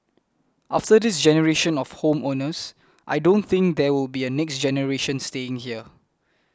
after this generation of home owners I don't think there will be a next generation staying here